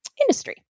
industry